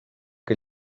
che